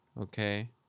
okay